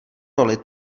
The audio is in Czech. roli